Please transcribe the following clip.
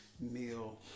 meal